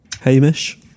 Hamish